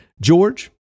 George